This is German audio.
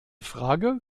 frage